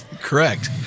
correct